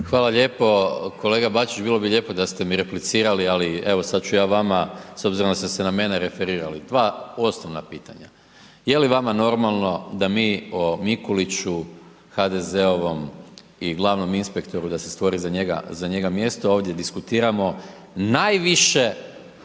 Hvala lijepo. Kolega Bačić, bilo bi lijepo da ste mi replicirali ali sad ću ja vama s obzirom da ste se na mene referirali, dva osnovna pitanja. Je li vama normalno da mi o Mikuliću, HDZ-ovom i glavnim inspektoru da se stvori za njega mjesto ovdje diskutiramo, najviše